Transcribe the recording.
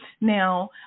Now